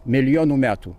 milijonų metų